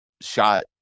shot